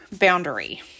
boundary